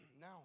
Now